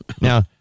Now